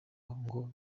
ngo